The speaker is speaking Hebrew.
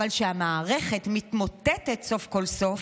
אבל כשהמערכת מתמוטטת, סוף כל סוף,